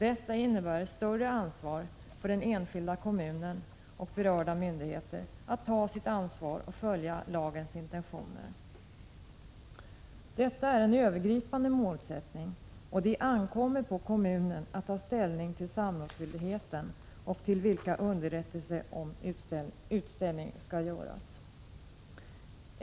Detta innebär ett större ansvar för den enskilda kommunen och berörda myndigheter då det gäller att följa lagens intentioner. Detta är en övergripande målsättning, och det ankommer på kommunen att ta ställning till samrådsskyldigheten och till vilka underrättelser om utställning skall lämnas.